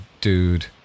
dude